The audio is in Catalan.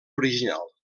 original